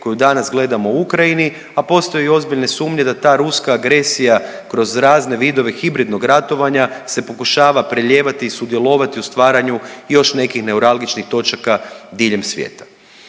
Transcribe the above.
koju danas gledamo u Ukrajini. A postoji ozbiljna sumnja da ta ruska agresija kroz razne vidovi hibridnog ratovanja se pokušava prelijevati i sudjelovati u stvaranju još nekih neuralgičnih točaka diljem svijeta.